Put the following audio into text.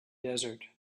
desert